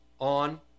on